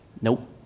Nope